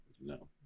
No